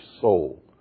soul